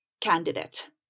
candidate